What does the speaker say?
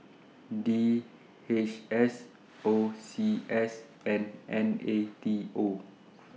D H S O C S and N A T O